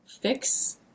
fix